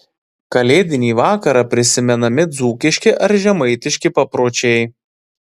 kalėdinį vakarą prisimenami dzūkiški ar žemaitiški papročiai